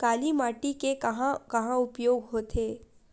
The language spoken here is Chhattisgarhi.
काली माटी के कहां कहा उपयोग होथे?